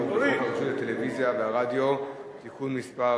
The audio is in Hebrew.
בחוק הרשות השנייה לטלוויזיה ורדיו (תיקון מס'